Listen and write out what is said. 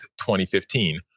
2015